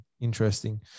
Interesting